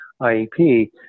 IEP